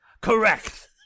Correct